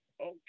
Okay